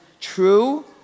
true